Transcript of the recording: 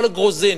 לא לגרוזינים.